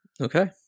Okay